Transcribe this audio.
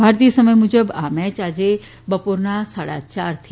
ભારતીય સમય મુજબ આ મેચ આજે બપોરના સાડા ચારથી રમાશે